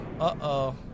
uh-oh